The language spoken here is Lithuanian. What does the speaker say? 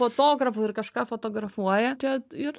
fotografų ir kažką fotografuoja čia ir